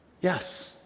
Yes